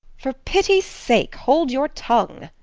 for pity's sake hold your tongue,